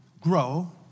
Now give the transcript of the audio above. grow